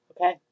Okay